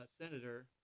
senator